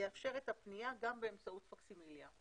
יאפשר את הפנייה גם באמצעות פקסימיליה".